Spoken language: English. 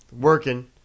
working